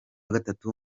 gatatu